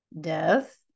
death